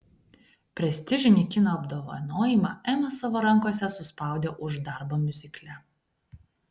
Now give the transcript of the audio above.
prestižinį kino apdovanojimą ema savo rankose suspaudė už darbą miuzikle